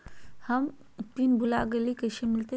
हम पिन भूला गई, कैसे मिलते?